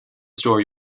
story